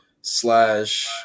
slash